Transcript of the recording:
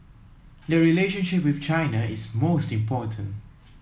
the relationship with China is most important